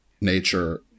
nature